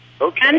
Okay